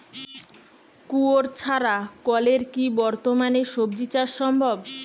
কুয়োর ছাড়া কলের কি বর্তমানে শ্বজিচাষ সম্ভব?